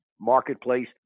marketplace